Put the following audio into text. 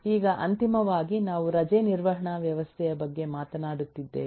ಈಗ ಅಂತಿಮವಾಗಿ ನಾವು ರಜೆ ನಿರ್ವಹಣಾ ವ್ಯವಸ್ಥೆಯ ಬಗ್ಗೆ ಮಾತನಾಡುತ್ತಿದ್ದೇವೆ